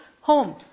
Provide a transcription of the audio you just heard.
home